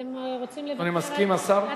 אתם רוצים לוותר על, האם השר מסכים?